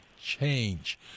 Change